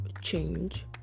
change